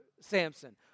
Samson